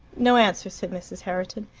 no answer, said mrs. herriton.